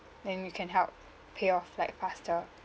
then you can help pay off like faster